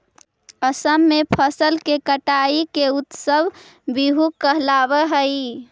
असम में फसल के कटाई के उत्सव बीहू कहलावऽ हइ